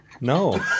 No